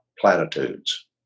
platitudes